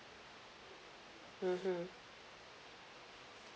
mmhmm